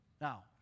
Now